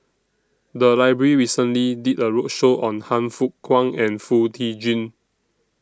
The Library recently did A roadshow on Han Fook Kwang and Foo Tee Jun